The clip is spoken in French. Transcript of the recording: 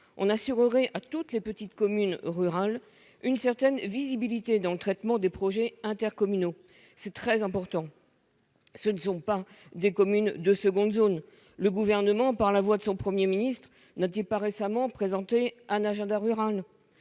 on assurerait à toutes les petites communes rurales une certaine visibilité dans le traitement des projets intercommunaux. C'est très important ; elles ne sont pas des communes de seconde zone ! Le Gouvernement, par la voix du Premier ministre, n'a-t-il pas récemment présenté un « agenda rural »